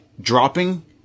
dropping